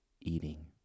eating